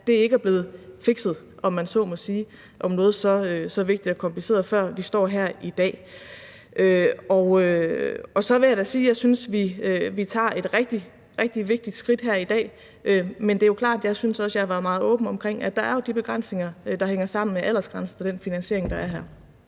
at det ikke er blevet fikset – hvis man kan sige det om noget så vigtigt og kompliceret – før vi står her i dag. Så vil jeg da sige, at jeg synes, vi tager et rigtig vigtigt skridt her i dag. Men det er klart, og det synes jeg også jeg har været meget åben omkring, at der er de begrænsninger, der hænger sammen med aldersgrænsen, i den finansiering, der er her.